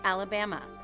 Alabama